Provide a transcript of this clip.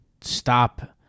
stop